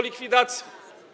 likwidacji.